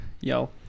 Yo